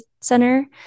Center